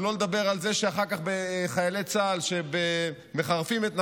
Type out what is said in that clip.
שלא לדבר על זה שאחר כך חיילי צה"ל מחרפים את נפשם,